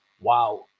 wow